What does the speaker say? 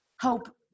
hope